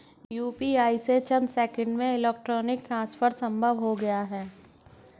UPI से चंद seconds में इलेक्ट्रॉनिक ट्रांसफर संभव हो गया है